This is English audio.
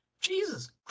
Jesus